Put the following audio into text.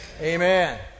Amen